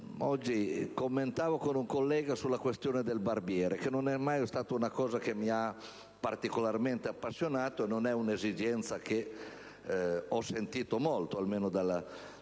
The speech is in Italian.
Oggi commentavo con un collega la questione del barbiere, che non mi ha mai particolarmente appassionato. Non è un'esigenza che ho sentito molto, almeno da